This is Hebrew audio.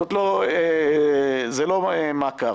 זה לא מעקב.